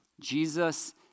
Jesus